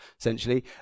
essentially